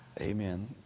Amen